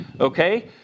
okay